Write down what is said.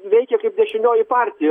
veikia kaip dešinioji partija